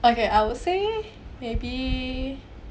okay I would say maybe